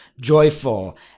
joyful